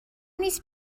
نیست